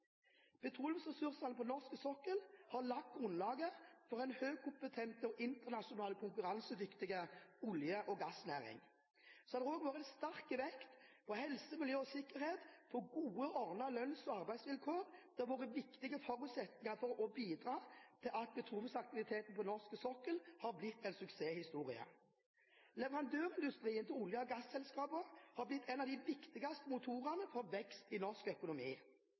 Petroleumsressursene på norsk sokkel har lagt grunnlaget for en høykompetent og internasjonalt konkurransedyktig olje- og gassnæring. Det har også vært sterk vekt på helse, miljø og sikkerhet og på gode og ordnede lønns- og arbeidsvilkår. Dette har vært viktige forutsetninger for å bidra til at petroleumsaktiviteten på norsk sokkel har blitt en suksesshistorie. Leverandørindustrien til olje- og gasselskapene har blitt en av de viktigste motorene for vekst i norsk økonomi.